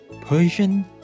Persian